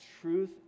truth